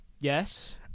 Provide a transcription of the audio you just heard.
Yes